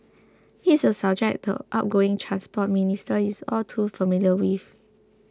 it is a subject the outgoing Transport Minister is all too familiar with